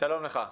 שלום לך.